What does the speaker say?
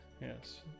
yes